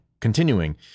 continuing